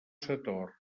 sator